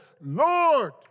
Lord